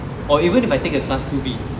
or even if I take a class two B